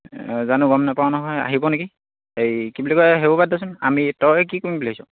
জানো গম নাপাওঁ নহয় আহিব নেকি এই কি বুলি কয় সেইবোৰ বাদ দেচোন আমি তই কি কৰিম বুলি ভাবিছ